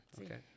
okay